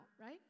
right